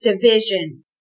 division